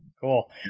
cool